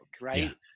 right